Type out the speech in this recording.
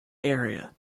area